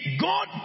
God